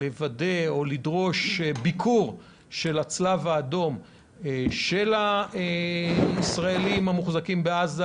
לדרוש ביקור של הצלב האדום אצל הישראלים המוחזקים בעזה,